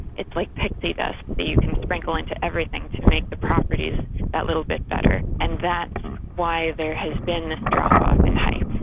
it's like pixie dust that you can sprinkle into everything to make the properties that little bit better, and that's why there has been this drop-off in hype.